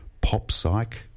pop-psych